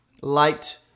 light